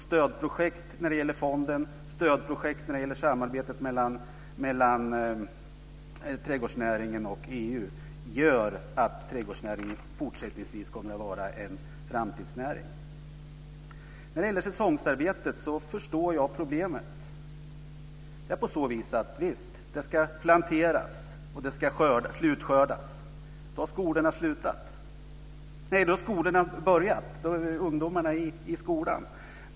Stödprojekt när det gäller fonden och stödprojekt när det gäller samarbetet mellan trädgårdsnäringen och EU gör att trädgårdsnäringen fortsättningsvis kommer att vara en framtidsnäring. När det gäller säsongsarbetet förstår jag problemet. Visst är det på så vis att det ska planteras och slutskördas. Då har skolorna börjat. Då är ungdomarna i skolan.